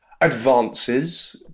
advances